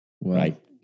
right